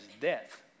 death